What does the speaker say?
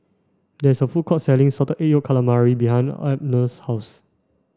there is a food court selling salted egg yolk calamari behind Abner's house